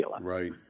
Right